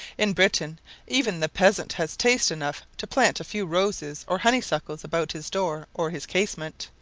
in britain even the peasant has taste enough to plant a few roses or honeysuckles about his door or his casement,